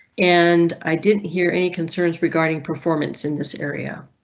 and i didn't hear any concerns regarding performance in this area.